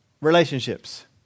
relationships